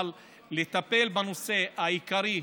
אבל לטפל בנושא העיקרי,